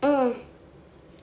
mm